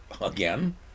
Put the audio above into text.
again